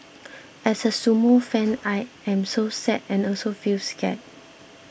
as a sumo fan I am so sad and also feel scared